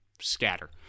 scatter